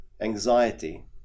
anxiety